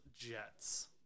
Jets